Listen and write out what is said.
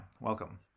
welcome